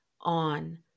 on